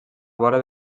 vora